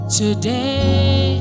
today